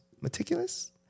meticulous